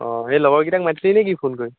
অঁ এই লগৰকেইটাক মাতিলি নেকি ফোন কৰি